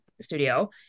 studio